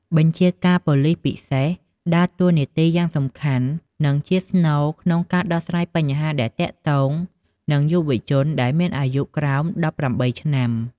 បញ្ជាការប៉ូលិសពិសេស ដើរតួនាទីយ៉ាងសំខាន់ និងជាស្នូលក្នុងការដោះស្រាយបញ្ហាដែលទាក់ទងនឹង យុវជនដែលមានអាយុក្រោម ១៨ ឆ្នាំ។